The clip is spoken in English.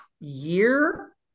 year